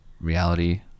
reality